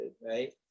right